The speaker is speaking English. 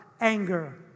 anger